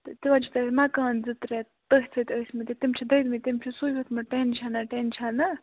تہٕ تِمَن چھِ تۄہہِ مَکان زٕ ترٛےٚ تٔتھۍ سۭتۍ ٲسۍمٕتۍ تہٕ تِم چھِ دٔدۍمٕتۍ تِم چھِ سُے ہیٚوتمُت ٹٮ۪نشَناہ ٹٮ۪نشَناہ